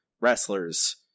wrestlers